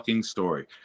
story